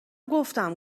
گفتم